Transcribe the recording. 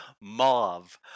mauve